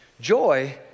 joy